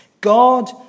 God